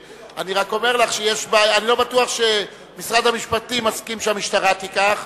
אני רק אומר לך שאני לא בטוח שמשרד המשפטים מסכים שהמשטרה תיקח,